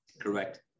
Correct